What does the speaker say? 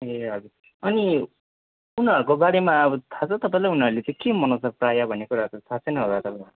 ए हजुर अनि उनीहरूको बारेमा अब थाहा छ तपाईँलाई उनीहरूले चाहिँ के मनाउँछ प्रायः भन्ने कुराहरू थाहा छैन होला तपाईँलाई